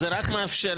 כן.